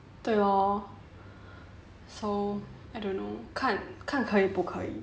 对 lor so I don't know 看看可以不可以